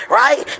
right